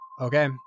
okay